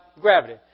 gravity